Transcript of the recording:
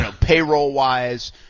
Payroll-wise